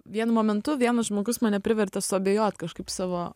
vienu momentu vienas žmogus mane privertė suabejot kažkaip savo